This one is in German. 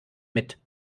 mit